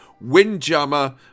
Windjammer